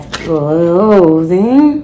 closing